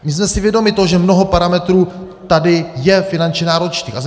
My jsme si vědomi, že mnoho parametrů tady je finančně náročných.